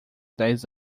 dez